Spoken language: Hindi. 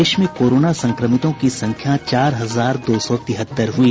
प्रदेश में कोरोना संक्रमितों की संख्या चार हजार दो सौ तिहत्तर हुई